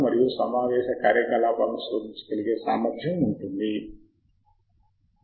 మరియు రెండవ దశ ఏమిటంటే మనం ఎగుమతి చేయదలిచిన కంటెంట్ ఏమిటో ఎంచుకోవడం